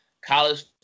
College